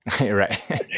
Right